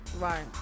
Right